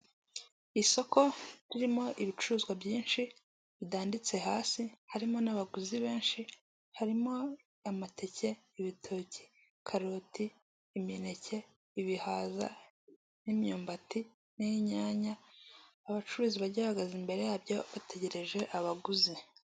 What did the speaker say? Isoko ririmo ibicuruzwa byinshi bidanditse hasi harimo n'abaguzi benshi harimo amateke, ibitoki, karoti, imineke, ibihaza n'imyumbati n'inyanya, abacuruzi bagiye bahagaze imbere yabyo bategereje abaguzi.